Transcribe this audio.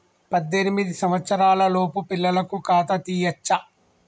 పద్దెనిమిది సంవత్సరాలలోపు పిల్లలకు ఖాతా తీయచ్చా?